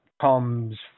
comes